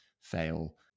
fail